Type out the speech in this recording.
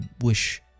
wish